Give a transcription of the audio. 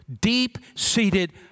deep-seated